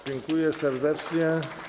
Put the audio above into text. Dziękuję serdecznie.